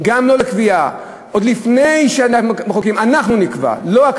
גם לא לקביעה, עוד לפני שמחוקקים, אנחנו נקבע.